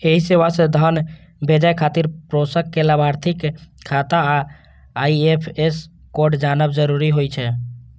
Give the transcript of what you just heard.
एहि सेवा सं धन भेजै खातिर प्रेषक कें लाभार्थीक खाता आ आई.एफ.एस कोड जानब जरूरी होइ छै